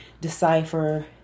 decipher